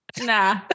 Nah